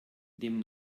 dem